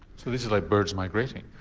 so this is like birds migrating?